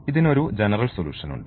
ഇതിന് ഒരു ജനറൽ സൊലൂഷൻഉണ്ട്